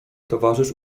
towarzysz